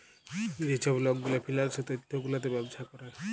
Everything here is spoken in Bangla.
যে ছব লক গুলা ফিল্যাল্স তথ্য গুলাতে ব্যবছা ক্যরে